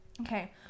Okay